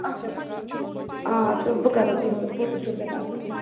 اچھا آ تہٕ بہٕ کَرو تُہُنٛد فوٹوٗشوٗٹ